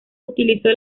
utilizó